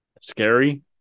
scary